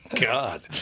God